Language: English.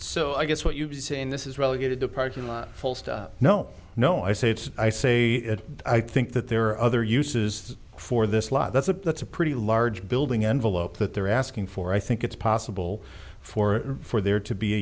so i guess what you've been saying this is relegated to parking lot full stop no no i say it's i say i think that there are other uses for this lot that's a that's a pretty large building envelope that they're asking for i think it's possible for for there to be a